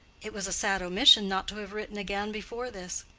it was a sad omission not to have written again before this.